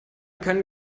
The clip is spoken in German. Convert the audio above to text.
können